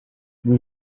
vous